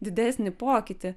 didesnį pokytį